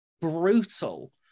brutal